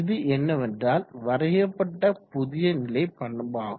இது என்னவேன்றால் வரையப்பட்ட புதிய நிலை பண்பாகும்